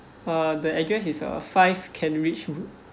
uh the address is uh five kent ridge road